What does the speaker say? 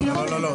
ושלום.